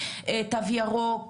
תו ירוק,